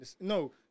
No